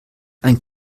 ein